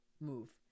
move